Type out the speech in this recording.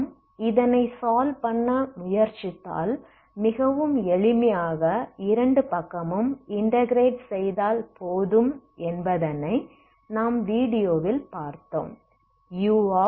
நாம் இதனை சால்வ் பண்ண முயற்சித்தால் மிகவும் எளிமையாக இரண்டு பக்கமும் இன்ட்டகிரேட் செய்தால் போதும் என்பதனை நாம் வீடியோவில் பார்த்தோம்